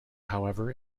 however